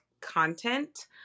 content